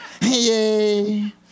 Yay